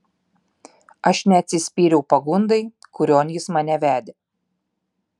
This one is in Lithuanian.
aš neatsispyriau pagundai kurion jis mane vedė